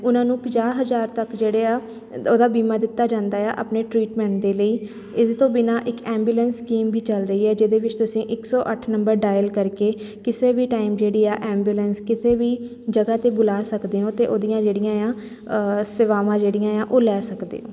ਉਹਨਾਂ ਨੂੰ ਪੰਜਾਹ ਹਜ਼ਾਰ ਤੱਕ ਜਿਹੜੇ ਆ ਉਹਦਾ ਬੀਮਾ ਦਿੱਤਾ ਜਾਂਦਾ ਹੈ ਆਪਣੇ ਟਰੀਟਮੈਂਟ ਦੇ ਲਈ ਇਹਦੇ ਤੋਂ ਬਿਨਾਂ ਇੱਕ ਐਂਬੂਲੈਂਸ ਸਕੀਮ ਵੀ ਚੱਲ ਰਹੀ ਹੈ ਜਿਹਦੇ ਵਿੱਚ ਤੁਸੀਂ ਇੱਕ ਸੌ ਅੱਠ ਨੰਬਰ ਡਾਇਲ ਕਰਕੇ ਕਿਸੇ ਵੀ ਟਾਈਮ ਜਿਹੜੀ ਆ ਐਬੂਲੈਂਸ ਕਿਸੇ ਵੀ ਜਗ੍ਹਾ 'ਤੇ ਬੁਲਾ ਸਕਦੇ ਹੋ ਅਤੇ ਉਹਦੀਆਂ ਜਿਹੜੀਆਂ ਹੈ ਸੇਵਾਵਾਂ ਜਿਹੜੀਆਂ ਹੈ ਉਹ ਲੈ ਸਕਦੇ ਹੋ